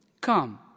Come